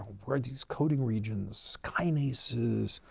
where are these coding regions, kinases,